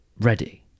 ready